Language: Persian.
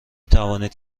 توانید